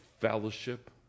fellowship